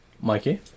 Mikey